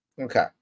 Okay